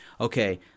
okay